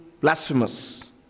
blasphemous